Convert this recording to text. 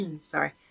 Sorry